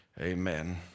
Amen